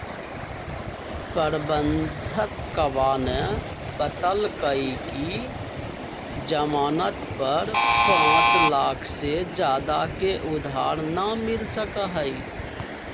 प्रबंधकवा ने बतल कई कि ई ज़ामानत पर पाँच लाख से ज्यादा के उधार ना मिल सका हई